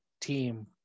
team